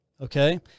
okay